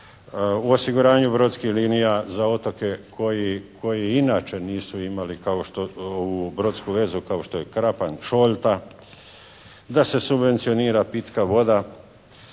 U osiguranju brodskih linija za otoke koji inače nisu imali kao što, ovu brodsku vezu kao što je Krapanj-Šolta. Da se subvencionira pitka voda.